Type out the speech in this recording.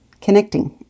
Connecting